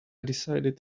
decided